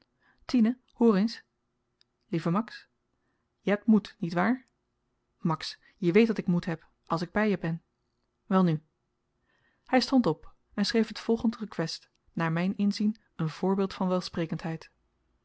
tine hoor eens lieve max je hebt moed niet waar max je weet dat ik moed heb als ik by je ben welnu hy stond op en schreef t volgend rekwest naar myn inzien een voorbeeld van welsprekendheid